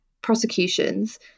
Prosecutions